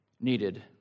needed